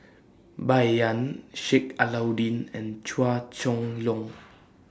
Bai Yan Sheik Alau'ddin and Chua Chong Long